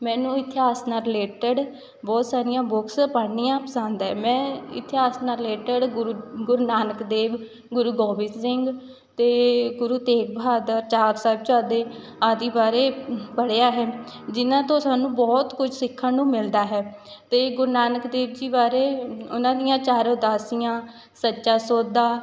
ਮੈਨੂੰ ਇਤਿਹਾਸ ਨਾਲ ਰਿਲੇਟਡ ਬਹੁਤ ਸਾਰੀਆਂ ਬੁੱਕਸ ਪੜ੍ਹਨੀਆਂ ਪਸੰਦ ਹੈ ਮੈਂ ਇਤਿਹਾਸ ਨਾਲ ਰਿਲੇਟਡ ਗੁਰ ਗੁਰੂ ਨਾਨਕ ਦੇਵ ਗੁਰੂ ਗੋਬਿੰਦ ਸਿੰਘ ਅਤੇ ਗੁਰੂ ਤੇਗ ਬਹਾਦਰ ਚਾਰ ਸਾਹਿਬਜ਼ਾਦੇ ਆਦਿ ਬਾਰੇ ਪੜ੍ਹਿਆ ਹੈ ਜਿਨ੍ਹਾਂ ਤੋਂ ਸਾਨੂੰ ਬਹੁਤ ਕੁਝ ਸਿੱਖਣ ਨੂੰ ਮਿਲਦਾ ਹੈ ਅਤੇ ਗੁਰੂ ਨਾਨਕ ਦੇਵ ਜੀ ਬਾਰੇ ਉਹਨਾਂ ਦੀਆਂ ਚਾਰ ਉਦਾਸੀਆਂ ਸੱਚਾ ਸੌਦਾ